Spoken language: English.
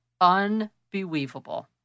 unbelievable